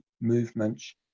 movements